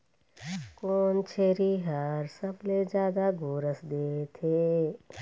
कोन छेरी हर सबले जादा गोरस देथे?